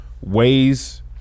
ways